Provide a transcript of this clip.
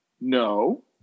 no